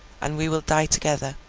and we will die together